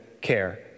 care